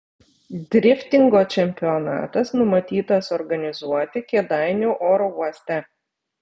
driftingo čempionatas numatytas organizuoti kėdainių oro uoste